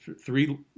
three